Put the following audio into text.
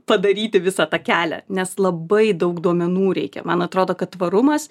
padaryti visą tą kelią nes labai daug duomenų reikia man atrodo kad tvarumas